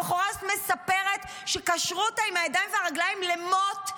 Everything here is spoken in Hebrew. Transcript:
הבחורה הזאת מספרת שקשרו אותה עם הידיים והרגליים למוט,